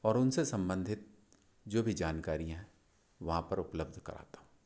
और उनसे संबंधित जो भी जानकारियाँ हैं वहाँ पर उपलब्ध कराता हूँ